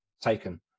taken